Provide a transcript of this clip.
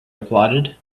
applauded